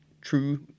true